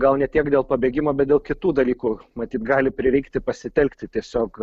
gal ne tiek dėl pabėgimo bet dėl kitų dalykų matyt gali prireikti pasitelkti tiesiog